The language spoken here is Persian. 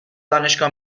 دانشگاه